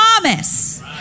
promise